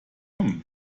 kommt